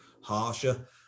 harsher